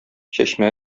чәчмә